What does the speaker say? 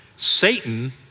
Satan